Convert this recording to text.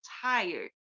tired